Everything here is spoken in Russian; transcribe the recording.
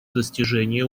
достижения